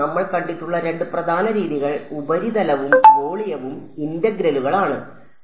നമ്മൾ കണ്ടിട്ടുള്ള രണ്ട് പ്രധാന രീതികൾ ഉപരിതലവും വോളിയവും ഇന്റഗ്രലുകൾ Suface Volume Integral ആണ്